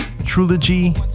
trilogy